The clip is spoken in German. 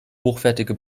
hochwertige